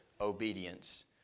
obedience